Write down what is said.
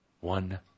one